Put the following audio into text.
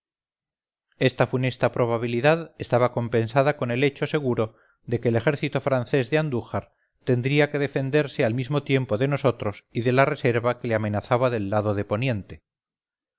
esta funesta probabilidad estaba compensada con el hecho seguro de que el ejército francés de andújar tendría que defenderse al mismo tiempo de nosotros y de la reserva que le amenazaba del lado de poniente